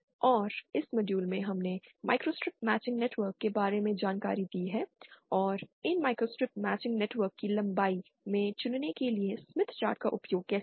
और इस मॉड्यूल में हमने माइक्रोस्ट्रिप मैचिंग नेटवर्क के बारे में जानकारी दी है और इन माइक्रोस्ट्रिप मैचिंग नेटवर्क की लंबाई में चुनने के लिए स्मिथ चार्ट का उपयोग कैसे करें